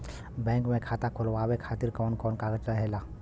Bank मे खाता खोलवावे खातिर कवन कवन कागज चाहेला?